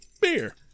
Beer